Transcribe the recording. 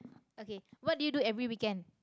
okay what do you do every weekend